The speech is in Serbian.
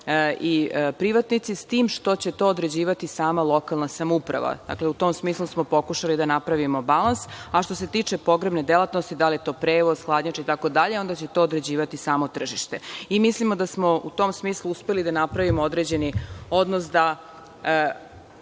i privatnici, s tim što će to određivati sama lokalna samouprava. Dakle, u tom smislu smo pokušali da napravimo balans. Što se tiče pogrebne delatnosti, da li je to prevoz, hladnjača, itd, onda će to određivati samo tržište. Mislimo da smo u tom smislu uspeli da napravimo određeni odnos da